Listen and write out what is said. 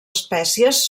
espècies